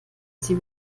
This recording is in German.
sie